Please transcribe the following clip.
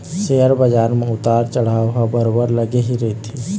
share बजार म उतार चढ़ाव ह बरोबर लगे ही रहिथे